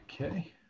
Okay